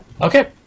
Okay